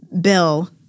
Bill